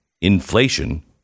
Inflation